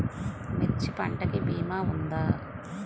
మిర్చి పంటకి భీమా ఉందా?